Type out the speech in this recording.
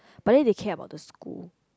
but then they care about the school